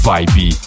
Vibe